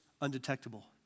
undetectable